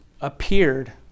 appeared